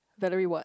Valerie what